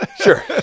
Sure